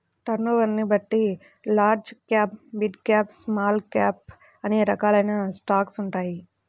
టర్నోవర్ని బట్టి large cap, mid cap, small cap అనే రకాలైన స్టాక్స్ ఉంటాయి